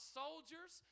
soldiers